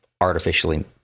artificially